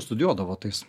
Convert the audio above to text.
studijuodavo tais